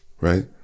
right